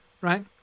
right